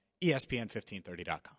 ESPN1530.com